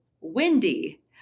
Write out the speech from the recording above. windy